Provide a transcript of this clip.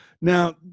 Now